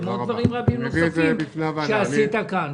כמו דברים רבים נוספים שעשית כאן.